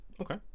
Okay